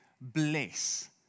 bless